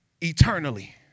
eternally